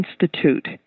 Institute